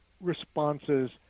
responses